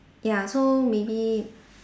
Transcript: ya so maybe